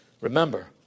Remember